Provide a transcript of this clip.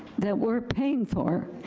that we're paying for,